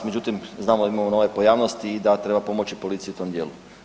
Međutim, znamo da imamo nove pojavnosti i da treba pomoći policiji u tom dijelu.